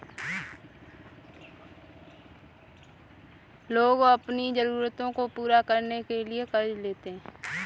लोग अपनी ज़रूरतों को पूरा करने के लिए क़र्ज़ लेते है